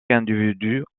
individus